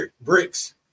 bricks